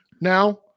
Now